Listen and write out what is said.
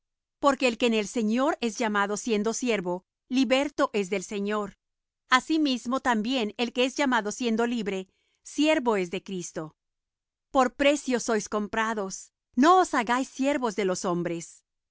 porque el que en el señor es llamado siendo siervo liberto es del señor asimismo también el que es llamado siendo libre siervo es de cristo por precio sois comprados no os hagáis siervos de los hombres